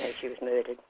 she was murdered.